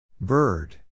Bird